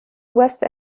west